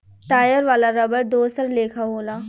tyre वाला रबड़ दोसर लेखा होला